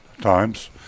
times